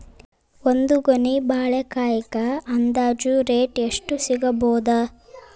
ಒಂದ್ ಗೊನಿ ಬಾಳೆಕಾಯಿಗ ಅಂದಾಜ ರೇಟ್ ಎಷ್ಟು ಸಿಗಬೋದ?